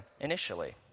initially